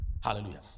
Hallelujah